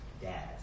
dad